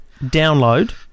download